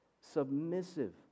submissive